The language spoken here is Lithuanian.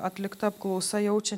atlikta apklausa jaučia